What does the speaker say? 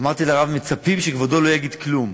אמרתי לרב: מצפים שכבודו לא יגיד כלום.